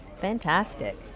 Fantastic